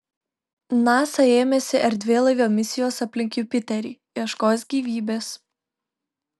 nasa ėmėsi erdvėlaivio misijos aplink jupiterį ieškos gyvybės